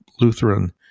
Lutheran